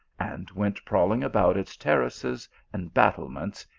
and went prowling about its terraces and battlements,